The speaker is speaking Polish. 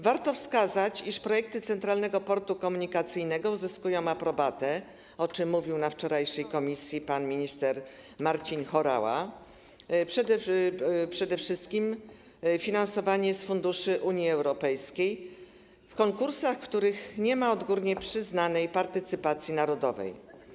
Warto wskazać, iż projekty Centralnego Portu Komunikacyjnego uzyskują aprobatę, o czym mówił na wczorajszym posiedzeniu komisji pan minister Marcin Horała, a przede wszystkim finansowanie z funduszy Unii Europejskiej w konkursach, w których nie ma odgórnie przyznanej partycypacji narodowej.